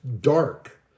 dark